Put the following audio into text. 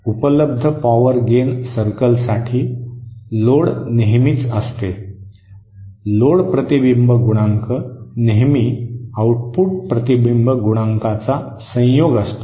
उपलब्ध power gain सर्कलसाठी load नेहमीच असते लोड प्रतिबिंब गुणांक नेहमी आउटपुट प्रतिबिंब गुणांकाचा संयोग असतो